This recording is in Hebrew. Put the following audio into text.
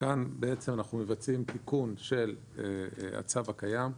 כאן אנחנו מבצעים תיקון של הצו הקיים,